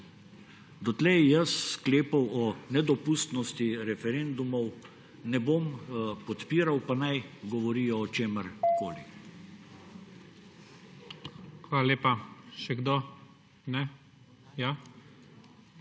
Dotlej jaz sklepov o nedopustnosti referendumov ne bom podpiral, pa naj govorijo o čemerkoli.